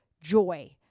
joy